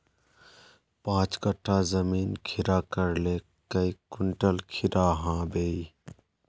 पाँच कट्ठा जमीन खीरा करले काई कुंटल खीरा हाँ बई?